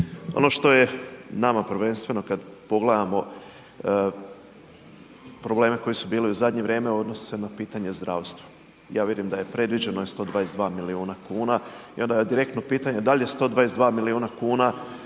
Ono što je nama prvenstveno kad pogledamo probleme koji su bili u zadnje vrijeme odnose se na pitanje zdravstva. Ja vidim da je predviđeno je 122 milijuna kuna, jedno direktno pitanje, da li je 122 milijuna kuna